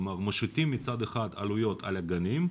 כלומר משיתים מצד אחד עלויות על הגנים,